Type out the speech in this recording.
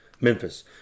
Memphis